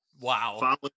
Wow